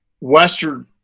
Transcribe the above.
Western